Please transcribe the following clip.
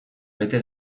bete